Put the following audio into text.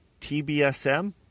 TBSM